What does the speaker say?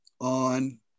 on